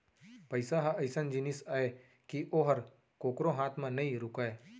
पइसा ह अइसन जिनिस अय कि ओहर कोकरो हाथ म नइ रूकय